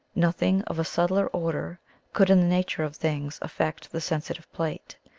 nothing of a subtler order could in the nature of things affect the sen sitive plate.